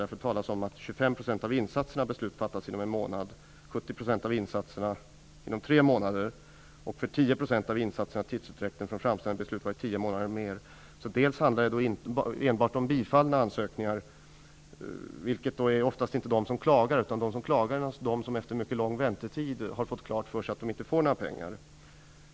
Det sägs att för 25 % av insatserna har beslut fattats inom en månad, för av insatserna har tidsutdräkten från framställan till beslut varit tio månader eller mer. Det handlar inte enbart om bifallna ansökningar. Det är oftast inte de som klagar. De som klagar är naturligtvis de som efter mycket lång väntetid har fått klart sig för att de inte får några pengar.